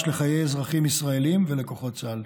לחיי אזרחים ישראלים ולכוחות צה"ל.